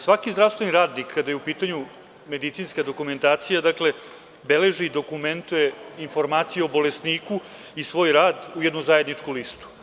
Svaki zdravstveni radnik kada je u pitanju medicinska dokumentacija, dakle, beleži dokumente informacije o bolesniku i svoj rad u jednu zajedničku listu.